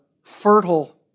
fertile